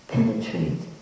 Penetrate